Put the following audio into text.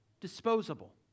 disposable